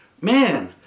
man